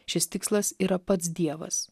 šis tikslas yra pats dievas